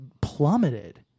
plummeted